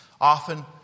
Often